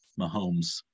Mahomes